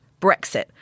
brexit